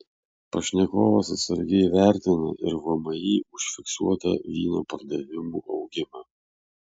pašnekovas atsargiai vertina ir vmi užfiksuotą vyno pardavimų augimą